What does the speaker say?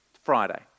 Friday